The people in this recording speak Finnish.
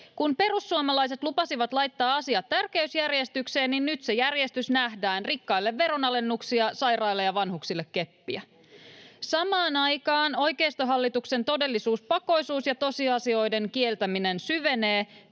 Kun perussuomalaiset lupasivat laittaa asiat tärkeysjärjestykseen, niin nyt se järjestys nähdään: rikkaille veronalennuksia, sairaille ja vanhuksille keppiä. Samaan aikaan oikeistohallituksen todellisuuspakoisuus ja tosiasioiden kieltäminen syvenee.